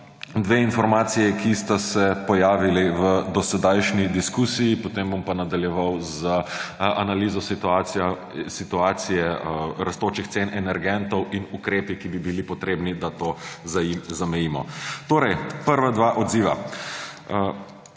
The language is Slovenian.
dve informaciji, ki sta se pojavili v dosedanji diskusiji, potem bom pa nadaljeval z analizo situacije rastočih cen energentov in ukrepi, ki bi bili potrebni, da to zamejimo. Torej prva dva odziva.